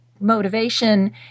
motivation